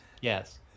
Yes